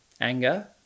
Anger